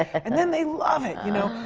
and then they love it, you know?